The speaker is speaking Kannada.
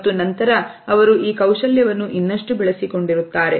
ಮತ್ತು ನಂತರ ಅವರು ಈ ಕೌಶಲ್ಯವನ್ನು ಇನ್ನಷ್ಟು ಬೆಳೆಸಿಕೊಂಡಿರುತ್ತಾರೆ